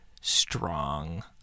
strong